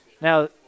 Now